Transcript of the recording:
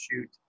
shoot